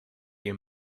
your